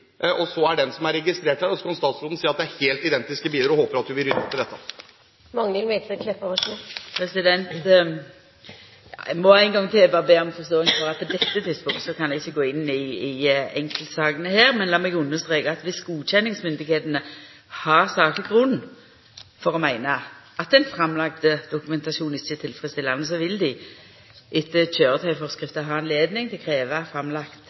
Så er den som er registrert, her, og så kan statsråden se at det er helt identiske biler. Jeg håper at hun vil rydde opp i dette. Eg må ein gong til berre be om forståing for at eg på dette tidspunktet ikkje kan gå inn i enkeltsakene her, men lat meg understreka at dersom godkjenningsmyndigheitene har sakleg grunn til å meina at den framlagde dokumentasjonen ikkje er tilfredsstillande, vil dei etter køyretøyforskrifta ha anledning til